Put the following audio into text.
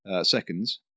seconds